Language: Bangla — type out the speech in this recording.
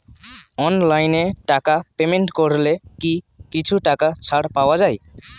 অনলাইনে টাকা পেমেন্ট করলে কি কিছু টাকা ছাড় পাওয়া যায়?